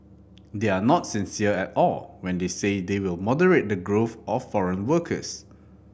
they are not sincere at all when they say they will moderate the growth of foreign workers